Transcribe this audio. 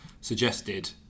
suggested